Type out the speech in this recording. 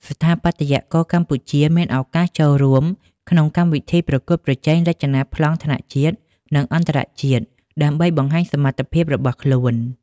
ស្ថាបត្យករកម្ពុជាមានឱកាសចូលរួមក្នុងកម្មវិធីប្រកួតប្រជែងរចនាប្លង់ថ្នាក់ជាតិ និងអន្តរជាតិ ដើម្បីបង្ហាញសមត្ថភាពរបស់ខ្លួន។